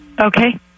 Okay